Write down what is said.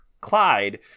Clyde